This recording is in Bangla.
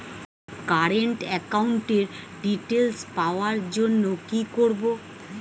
কারেন্ট একাউন্টের ডিটেইলস পাওয়ার জন্য কি করব?